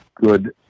good